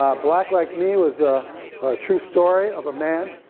ah black like me was a true story of a man,